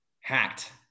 hacked